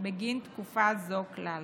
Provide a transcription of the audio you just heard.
בגין תקופה זו כלל.